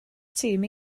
tîm